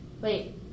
wait